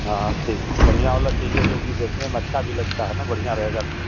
हाँ हाँ ठीक बढ़ियाँ वाला चाहिए जोकि देखने में अच्छा भी लगता है ना बढ़ियाँ रहेगा तो